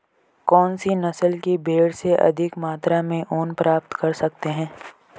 कौनसी नस्ल की भेड़ से अधिक मात्रा में ऊन प्राप्त कर सकते हैं?